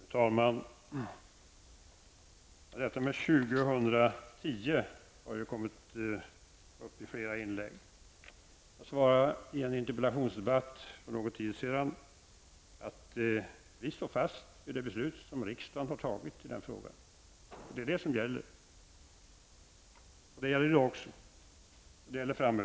Fru talman! Årtalet 2010 har kommit upp i flera inlägg. Jag svarade i en interpellationsdebatt för någon tid sedan att vi står fast vid det beslut riksdagen tagit i den här frågan. Det är det som gäller. Det gäller i dag också, och det gäller framöver.